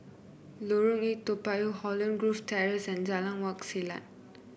Lorong Eight Toa Payoh Holland Grove Terrace and Jalan Wak Selat